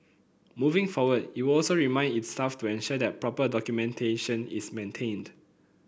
moving forward it will also remind its staff to ensure that proper documentation is maintained